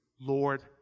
Lord